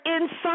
inside